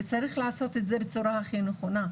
וצריך לעשות את זה בצורה הכי נכונה.